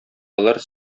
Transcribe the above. алар